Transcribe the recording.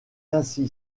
ainsi